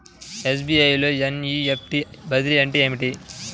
SBI లో NEFT బదిలీ అంటే ఏమిటి?